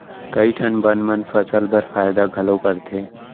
कई ठन बन मन फसल बर फायदा घलौ करथे